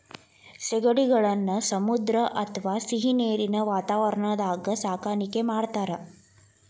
ಸೇಗಡಿಗಳನ್ನ ಸಮುದ್ರ ಅತ್ವಾ ಸಿಹಿನೇರಿನ ವಾತಾವರಣದಾಗ ಸಾಕಾಣಿಕೆ ಮಾಡ್ತಾರ